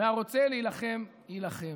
הרוצה להילחם, יילחם.